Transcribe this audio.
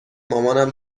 مامانم